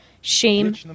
shame